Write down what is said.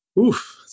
Oof